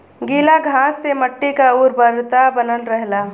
गीला घास से मट्टी क उर्वरता बनल रहला